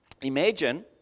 Imagine